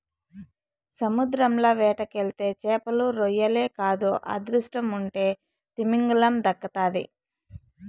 సముద్రంల వేటకెళ్తే చేపలు, రొయ్యలే కాదు అదృష్టముంటే తిమింగలం దక్కతాది